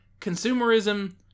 consumerism